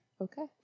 Okay